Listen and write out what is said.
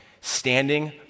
standing